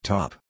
Top